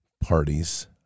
parties